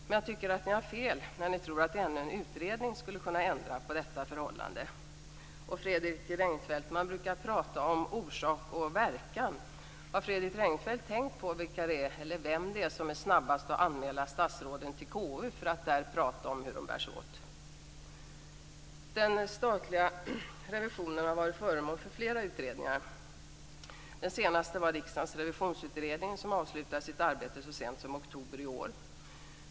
Men jag tycker att ni har fel när ni tror att ännu en utredning skulle kunna ändra på detta förhållande. Man brukar prata om orsak och verkan. Har Fredrik Reinfeldt tänkt på vem som är snabbast med att anmäla statsråden till KU för att där prata om hur de bär sig åt? Den statliga revisionen har varit föremål för flera utredningar. Den senaste var riksdagens revisionsutredning, som avslutade sitt arbete så sent som i oktober i år.